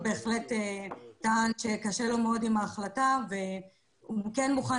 הוא בהחלט טען שקשה לו מאוד עם ההחלטה והוא כן מוכן